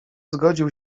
zgodził